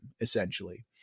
essentially